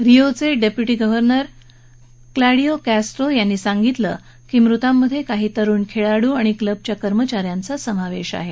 रिओचे deputy governor Claudio Castro यांनी सांगितलं की मृतांमध्ये काही तरुण खेळाडू आणि क्लबच्या कर्मचा यांचा समावेश आहे